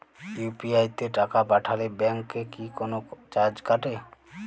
UPI তে টাকা পাঠালে ব্যাংক কি কোনো চার্জ কাটে?